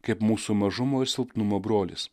kaip mūsų mažumo ir silpnumo brolis